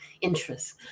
interests